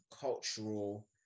cultural